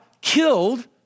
killed